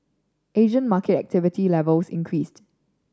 Asian market activity levels increased